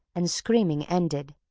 and screaming ended,